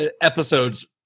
episodes